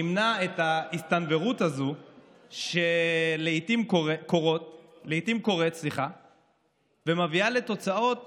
ימנע את ההסתנוורות הזו שלעיתים קורית ומביאה לתוצאות